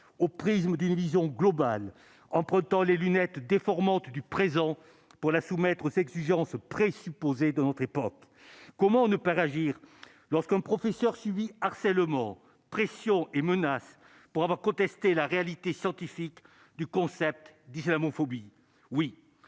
au prisme d'une vision globale, entre-temps, les lunettes déformantes du présent pour la soumettre aux exigences présupposé de notre époque : comment ne pas réagir lorsqu'un professeur subit : harcèlement, pressions et menaces pour avoir contesté la réalité scientifique du concept d'islamophobie,